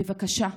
בבקשה.